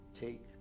take